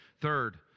Third